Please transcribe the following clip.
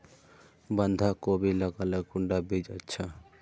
बंधाकोबी लगाले कुंडा बीज अच्छा?